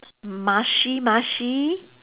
mushy mushy